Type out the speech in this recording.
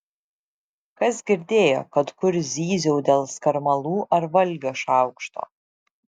kas girdėjo kad kur zyziau dėl skarmalų ar valgio šaukšto